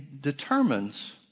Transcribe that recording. determines